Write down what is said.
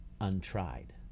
untried